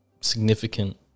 significant